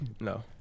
No